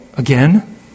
Again